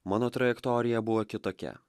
mano trajektorija buvo kitokia